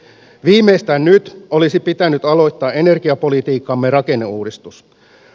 viimeistään nyt olisi pitänyt aloittaa energiapolitiikkamme rakenneuudistus